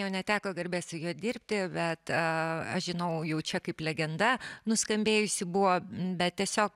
jau neteko garbės su juo dirbti bet aš žinau jau čia kaip legenda nuskambėjusi buvo bet tiesiog